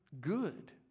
good